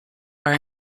are